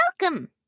welcome